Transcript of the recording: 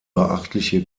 beachtliche